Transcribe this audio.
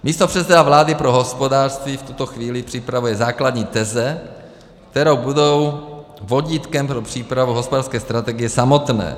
Místopředseda vlády pro hospodářství v tuto chvíli připravuje základní teze, které budou vodítkem pro přípravu hospodářské strategie samotné.